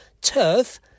turf